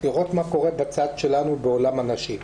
לראות מה קורה בצד שלנו בעולם הנשים.